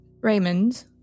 Raymond